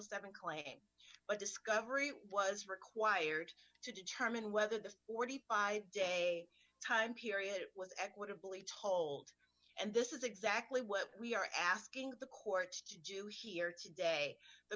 seven claim but discovery was required to determine whether the forty five dollars day time period was equitably told and this is exactly what we are asking the court to do here today the